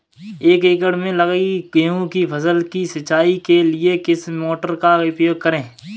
एक एकड़ में लगी गेहूँ की फसल की सिंचाई के लिए किस मोटर का उपयोग करें?